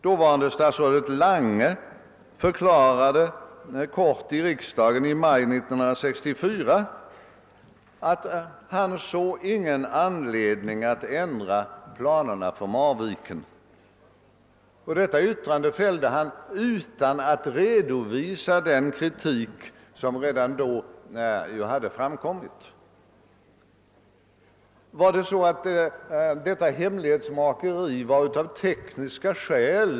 Dåvarande statsrådet Lange förklarade kort i riksdagen i maj 1964 att han inte såg någon anledning ändra planerna för Marviken. Detta yttrande fällde han utan att redovisa den kritik som redan då hade framkommit. Var denna hemlighetsfullhet nödvändig av tekniska skäl?